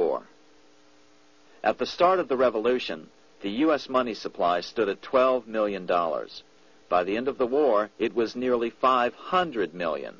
war at the start of the revolution the us money supplies to the twelve million dollars by the end of the war it was nearly five hundred million